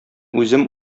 үзем